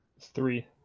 Three